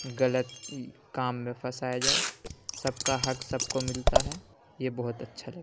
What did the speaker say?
غلط کام میں پھنسایا جائے سب کا حق سب کو ملتا ہے یہ بہت اچھا لگتا ہے